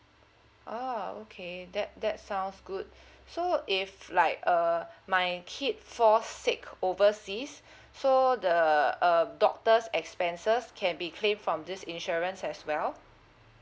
ah okay that that sounds good so if like uh my kid fall sick overseas so the uh doctor's expenses can be claimed from this insurance as well